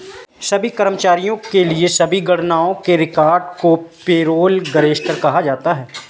सभी कर्मचारियों के लिए सभी गणनाओं के रिकॉर्ड को पेरोल रजिस्टर कहा जाता है